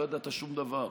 לא ידעת שום דבר.